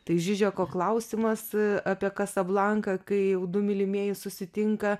tai žižeko klausimas apie kasablanką kai jau du mylimieji susitinka